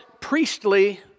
priestly